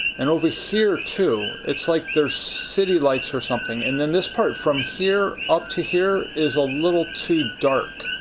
and over here too. it's like there are city lights or something. and then, this part from here up to here is a little too dark.